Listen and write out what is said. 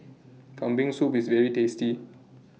Kambing Soup IS very tasty